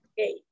Okay